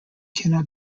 cannot